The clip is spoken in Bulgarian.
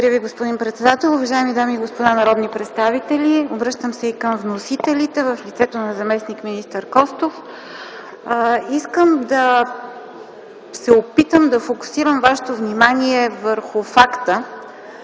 Благодаря Ви, господин председател. Уважаеми дами и господа народни представители, обръщам се и към вносителите в лицето на заместник-министър Костов, искам да се опитам да фокусирам вашето внимание върху факта,